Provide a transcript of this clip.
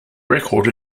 record